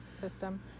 system